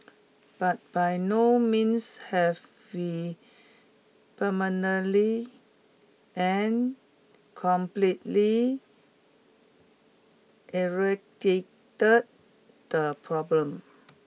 but by no means have we permanently and completely eradicated the problem